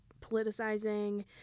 politicizing